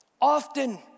often